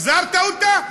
החזרת אותה?